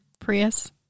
Prius